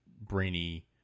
Brainy